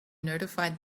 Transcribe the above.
notified